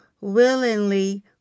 willingly